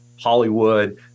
Hollywood